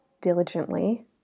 diligently